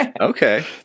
Okay